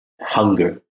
hunger